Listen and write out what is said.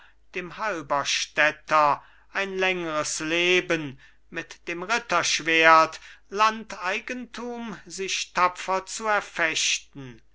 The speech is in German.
dem halberstädter ein längres leben mit dem ritterschwert landeigentum sich tapfer zu erfechten